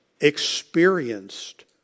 experienced